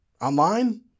online